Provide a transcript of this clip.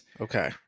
Okay